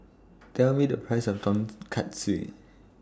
Tell Me The Price of Tonkatsu